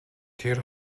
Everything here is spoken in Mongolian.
тэр